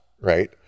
right